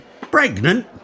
Pregnant